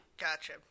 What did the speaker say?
Gotcha